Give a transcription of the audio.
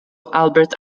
albert